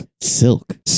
silk